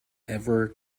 ever